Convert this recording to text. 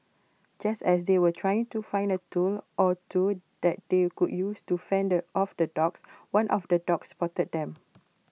just as they were trying to find A tool or two that they could use to fend off the dogs one of the dogs spotted them